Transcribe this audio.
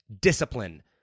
Discipline